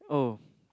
oh